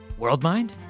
Worldmind